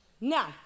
Now